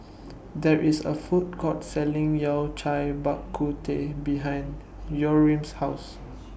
There IS A Food Court Selling Yao Cai Bak Kut Teh behind Yurem's House